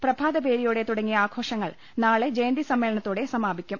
പ്രഭാ തഭേരിയോടെ തുടങ്ങിയ ആഘോഷങ്ങൾ നാളെ ജയന്തി സമ്മേളനത്തോടെ സമാപിക്കും